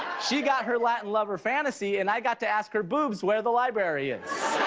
she got her latin lover fantasy and i got to ask her boobs where the library is.